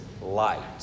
light